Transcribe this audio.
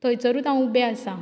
थंयसरूच हांव उबें आसा